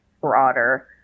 broader